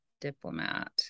diplomat